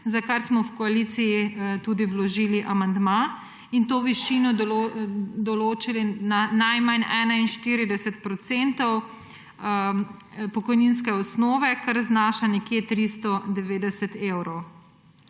za kar smo v koaliciji tudi vložili amandma in to višino določili na najmanj 41 % pokojninske osnove, kar znaša nekje 390 evrov.